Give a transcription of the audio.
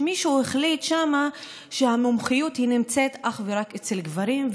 מישהו החליט שם שהמומחיות נמצאת אך ורק אצל גברים,